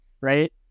right